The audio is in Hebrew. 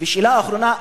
שאלה אחרונה.